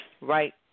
right